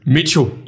Mitchell